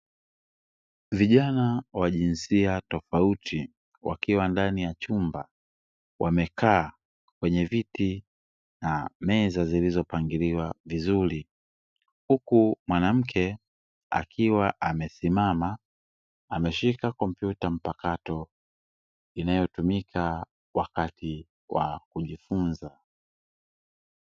Vijana wa jinsia tofauti wakiwa ndani ya chumba wamekaa kwenye viti na meza zilizopangiliwa vizuri huku mwanamke akiwa amesimama ameshika tarakirishi mpakato inayotumika wakati wa kujifunza.